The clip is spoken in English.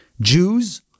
Jews